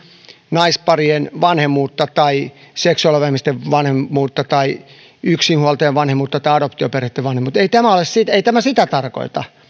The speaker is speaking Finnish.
naisparien vanhemmuutta tai seksuaalivähemmistöjen vanhemmuutta tai yksinhuoltajavanhemmuutta tai adoptioperheitten vanhemmuutta ei tämä sitä tarkoita